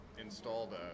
installed